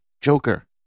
Joker